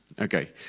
Okay